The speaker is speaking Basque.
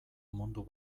mundu